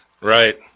right